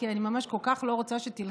כי אני כל כך לא רוצה שתלכי,